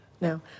no